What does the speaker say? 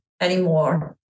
anymore